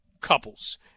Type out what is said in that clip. couples